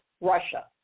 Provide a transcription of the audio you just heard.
Russia